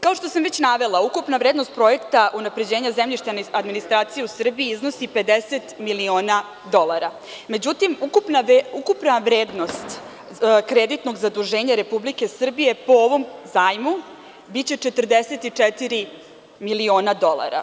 Kao što sam navela, ukupna vrednost projekta unapređenja zemljišne administracije u Srbiji iznosi 50 miliona dolara, međutim ukupna vrednost kreditnog zaduženja Republike Srbije po ovom zajmu biće 44 miliona dolara.